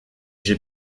j’ai